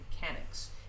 mechanics